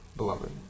Beloved